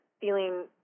feeling